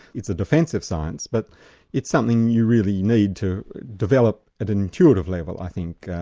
it's a defensive science but it's something you really need to develop at an intuitive level i think,